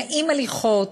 נעים הליכות,